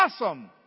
Awesome